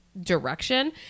direction